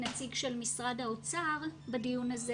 נציג של משרד האוצר בדיון הזה